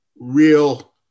real